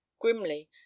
grimly